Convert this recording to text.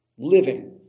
living